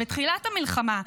בתחילת המלחמה,